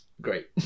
Great